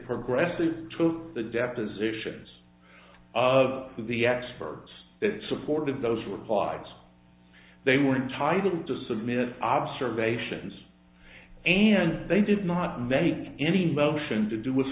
progressing to the depositions of the experts that support of those replies they were entitled to submit observations and they did not make any motion to do with